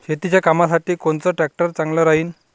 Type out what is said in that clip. शेतीच्या कामासाठी कोनचा ट्रॅक्टर चांगला राहीन?